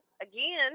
again